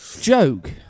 joke